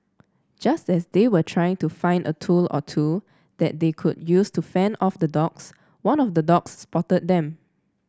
just as they were trying to find a tool or two that they could use to fend off the dogs one of the dogs spotted them